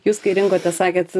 jūs kai rinkote sakėt